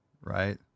right